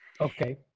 Okay